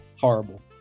horrible